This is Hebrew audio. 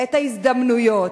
את ההזדמנויות,